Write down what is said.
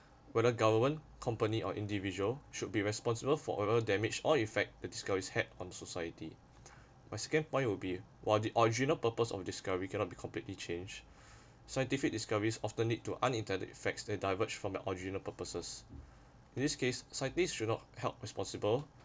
where the government company or individual should be responsible for a damaged or effect the discoveries had on society my second point would be while the original purpose of discovery cannot be completely changed scientific discoveries often lead to unintended effects that diverge from the original purposes in this case scientists should not held responsible